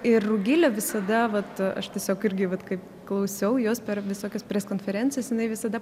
ir rugilė visada vat aš tiesiog irgi vat kaip klausiau jos per visokias preskonferencijas jinai visada